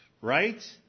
right